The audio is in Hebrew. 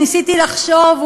ניסיתי לחשוב,